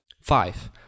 Five